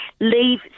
leave